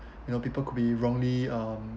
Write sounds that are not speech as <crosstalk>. <breath> you know people could be wrongly um